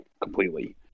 completely